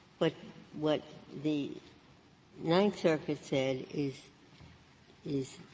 but what the ninth circuit said is is